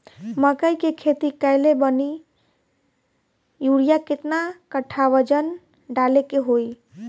मकई के खेती कैले बनी यूरिया केतना कट्ठावजन डाले के होई?